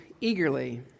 eagerly